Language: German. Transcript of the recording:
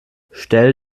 stell